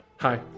Hi